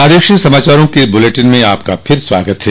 प्रादेशिक समाचारों के इस बुलेटिन में आपका फिर से स्वागत है